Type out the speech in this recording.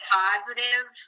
positive